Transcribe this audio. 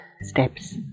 Steps